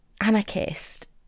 anarchist